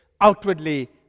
outwardly